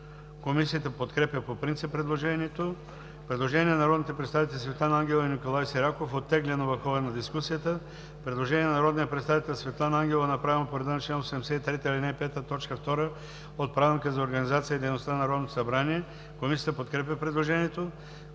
Комисията подкрепя по принцип предложението. Предложение на народните представители Светлана Ангелова и Николай Сираков – оттеглено в хода на дискусията. Предложение на народния представител Светлана Ангелова, направено по реда на чл. 83, ал. 5, т. 2 от Правилника за организацията и дейността на Народното събрание. Комисията подкрепя предложението.